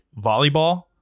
volleyball